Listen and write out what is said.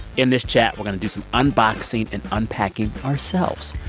in this chat, we're going to do some unboxing and unpacking ourselves.